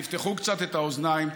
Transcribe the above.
תפתחו קצת את האוזניים,